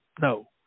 no